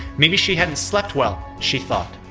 maybe she hadn't slept well, she thought.